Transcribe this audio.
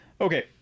okay